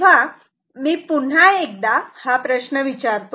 तेव्हा मी पुन्हा एकदा हा प्रश्न विचारतो